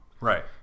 Right